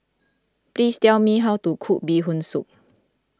please tell me how to cook Bee Hoon Soup